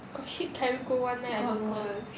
got ship carry gold [one] meh I don't know leh